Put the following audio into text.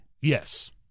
yes